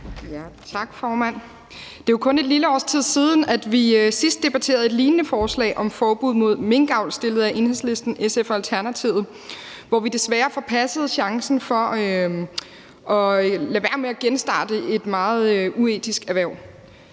Tak, formand. Det er jo kun et lille års tid siden, at vi sidst debatterede et lignende forslag om forbud mod minkavl fremsat af Enhedslisten, SF og Alternativet, og her forpassede vi desværre chancen for at lade være med at genstarte et meget uetisk erhverv.